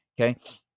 Okay